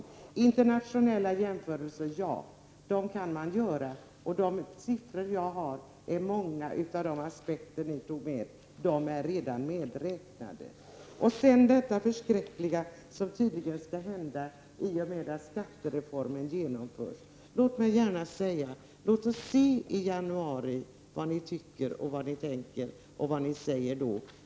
Visst kan man göra internationella jämförelser. Jag har många siffror som gäller de aspekter ni tog upp. De är redan medräknade. Sedan till det förskräckliga som tydligen skall hända i och med att skattereformen genomförs. Låt oss se vad ni tycker, tänker och säger i januari.